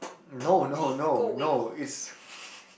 no no no no it's